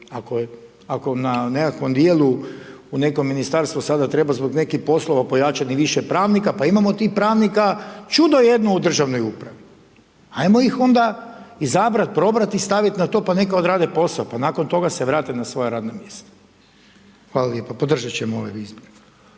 ako na nekakvom djelu u neko ministarstvo treba sada treba zbog nekih poslova pojačati i više pravnika, pa imamo tih pravnika čudno jedno u državnoj upravi. Ajmo ih onda, izabrat, probrat i stavi na to pa neka odrade posao, pa nakon toga se vrate na svoja radna mjesta. Hvala lijepa, podržat ćemo ove izmjene.